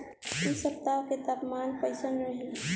एह सप्ताह के तापमान कईसन रही?